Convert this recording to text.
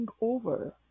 over